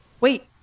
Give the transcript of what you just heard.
wait